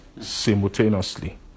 Simultaneously